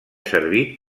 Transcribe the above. servit